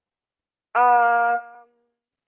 um